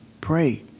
pray